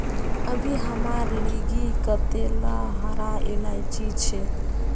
अभी हमार लिगी कतेला हरा इलायची छे